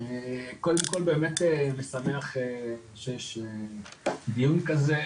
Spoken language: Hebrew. קודם כל באמת משמח שיש דיון כזה,